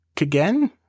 again